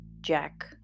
Jack